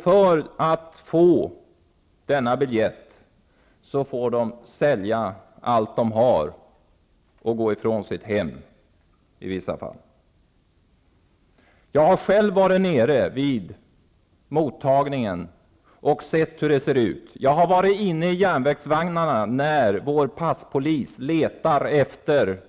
För att få denna biljett får de sälja allt de har och i vissa fall gå ifrån sina hem. Jag har själv varit med vid flyktingmottagandet och sett hur det går till. Jag har varit inne i järnvägsvagnarna när vår passpolis letar efter